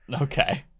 Okay